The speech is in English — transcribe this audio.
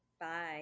Bye